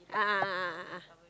a'ah a'ah a'ah